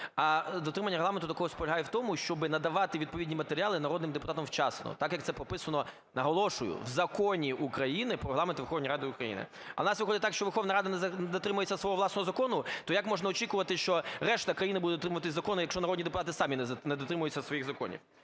а дотримання Регламенту також полягає в тому, щоб надавати відповідні матеріали народним депутатам вчасно, так, як це прописано, наголошую, в Закону України "Про Регламент Верховної Ради України". А у нас виходить так, що Верховна Рада не дотримується свого власного закону, то як можна очікувати, що решта країни буде дотримуватись законів, якщо народні депутати самі не дотримуються своїх законів?